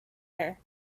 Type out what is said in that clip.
air